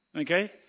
Okay